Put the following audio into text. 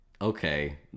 okay